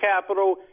capital